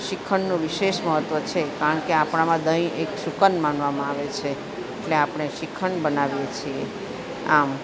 શિખંડનું વિશેષ મહત્ત્વ છે કારણ કે આપણામાં દહીં એક શુકન માનવામાં આવે છે એટલે આપણે શિખંડ બનાવીએ છીએ આમ